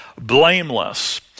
blameless